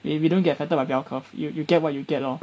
if you don't get better by bell curve you you get what you get lor